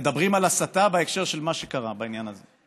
מדברים על הסתה בהקשר של מה שקרה בעניין הזה,